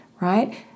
Right